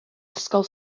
ysgol